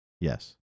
yes